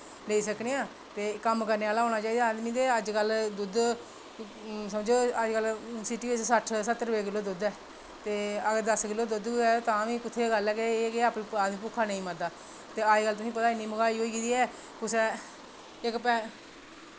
लेई सकने आं ते कम्म करने आह्ला होना चाहिदा आदमी ते दुद्ध समझो सिटी बिच सट्ठ सत्तर रपेऽ किलो दुद्ध ऐ ते अगर दस्स किलो दुद्ध होऐ ते भी बी कुत्थें गल्ल ऐ ते आदमी भुक्खा नेईं मरदा ते अज्जकल तुसेंगी पता की इन्नी मैहंगाई होई गेदी ऐ इक्क पैसे